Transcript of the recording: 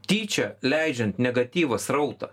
tyčia leidžiant negatyvo srautą